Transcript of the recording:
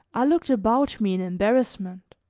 i looked about me in embarrassment.